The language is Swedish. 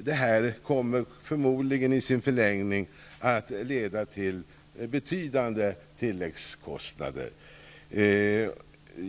Det kommer förmodligen i förlängningen att leda till betydande tilläggskostnader.